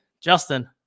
Justin